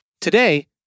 Today